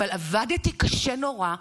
אבל עבדתי קשה נורא והינה,